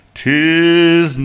tis